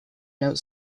note